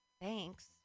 thanks